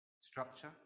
structure